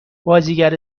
بازیگر